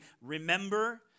remember